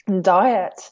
diet